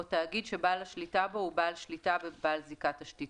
או תאגיד שבעל השליטה בו הוא בעל שליטה בבעל זיקה תשתיתית,